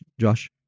Josh